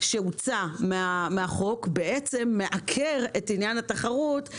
שהוצא מהחוק מעקר את עניין התחרות.